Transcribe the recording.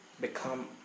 become